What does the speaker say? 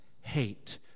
hate